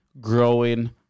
growing